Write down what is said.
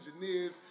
engineers